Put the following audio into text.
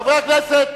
חברי הכנסת,